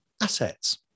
assets